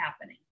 happening